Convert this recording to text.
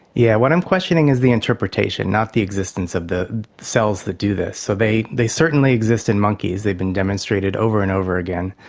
yeah what i'm questioning is the interpretation, not the existence of the cells that do this. so they they certainly exist in monkeys, they've been demonstrated over and over again.